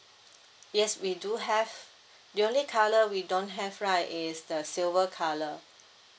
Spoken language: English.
yes we do have the only colour we don't have right is the silver color